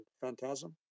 phantasm